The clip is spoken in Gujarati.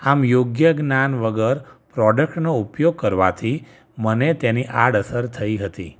આમ યોગ્ય જ્ઞાન વગર પ્રોડ્કટનો ઉપયોગ કરવાથી મને તેની આડઅસર થઈ હતી